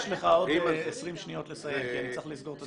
יש לך 20 שניות לסיים כי אני צריך לסגור את הדיון.